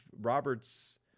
Roberts